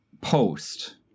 post